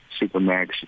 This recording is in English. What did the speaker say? Supermax